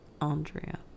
Andrea